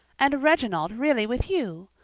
and reginald really with you!